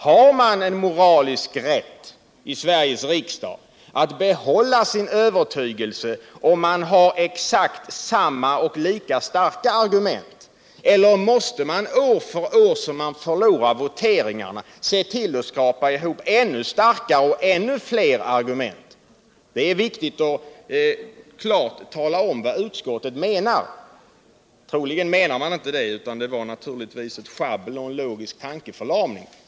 Har man en moralisk rätt i Sveriges riksdag att behålla sin övertygelse om man har exakt samma och lika starka argument, eller måste man år från år som man förlorar voteringarna se till att skrapa ihop ännu starkare och ännu fler argument? Det är viktigt att klart tala om vad utskottet menar. Troligen menar man inte vad man skrivit, utan det är väl fråga om ett sjabbel och en logisk tankeförlamning.